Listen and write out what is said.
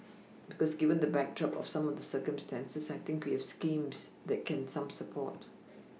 because given the backdrop of some of the circumstances I think we have schemes that can some support